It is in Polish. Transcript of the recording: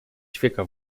ćwieka